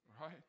right